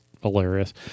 hilarious